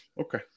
Okay